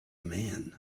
man